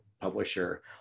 publisher